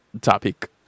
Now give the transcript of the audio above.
topic